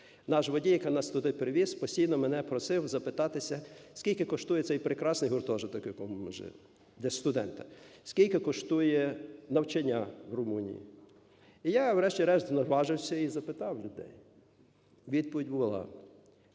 Наш водій, який нас туди привіз, постійно мене просивзапитатися, скільки коштує цей прекрасний гуртожиток, в якому ми жили, для студента; скільки коштує навчання в Румунії. І я врешті-решт наважився і запитав людей. Відповідь була: